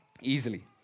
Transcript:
Easily